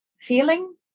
feeling